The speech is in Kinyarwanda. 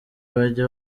bajye